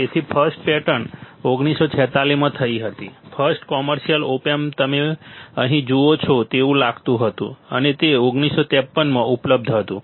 તેથી first patent 1946 માં થઈ હતી ફર્સ્ટ કોમર્શિયલ ઓપ એમ્પ તે તમે અહીં જુઓ છો તેવું લાગતું હતું અને તે 1953 માં ઉપલબ્ધ હતું